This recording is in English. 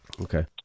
Okay